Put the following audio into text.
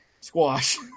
squash